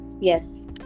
Yes